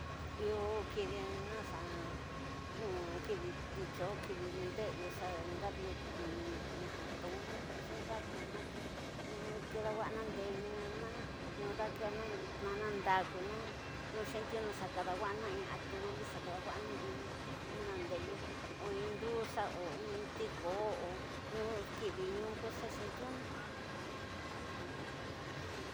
Iyo kidina xa kidi tiyo, kidi ndeeya xa ndadrakona a tongonu nxu wa ñuena te ñu kidawaxana ndeyuna ñu dakena thanenda kuna nxu xetiunu xa kadawana in aturu xa kadawaena in nandeyu o in nduxa o in tiko o in kidinu ku xa xetiuna.